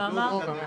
נו, בחייאת דינק.